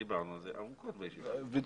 דיברנו על זה ארוכות בישיבה הקודמת.